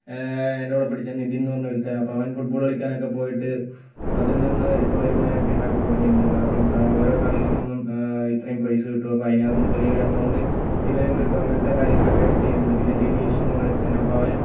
എൻ്റെ കൂടെ പഠിച്ച നിതിൻ പറഞ്ഞ ഒരുത്തൻ അപ്പോൾ അവൻ ഫുട് ബോൾ കളിക്കാനൊക്കെ പോയിട്ട് അതിൽ നിന്ന് ഇപ്പം വരുമാനം ഒക്കെ ഉണ്ടാക്കി തുടങ്ങിയിട്ടുണ്ട് കാരണം അവരെ കളിയിൽ നിന്നും ഇത്രയും പ്രൈസ് കിട്ടും അപ്പം അതിനകത്ത് നിന്നും ചെറിയ ഒരു എമൗണ്ട് ഇവനും കിട്ടും അങ്ങനത്തെ കാര്യങ്ങളൊക്കെ ചെയ്യുന്നുണ്ട് പിന്നെ ജിനീഷ് എന്ന് പറഞ്ഞ ഒരുത്തൻ അപ്പം അവനും